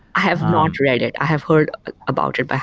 i have not read it. i have heard about it, but